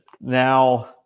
now –